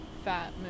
fat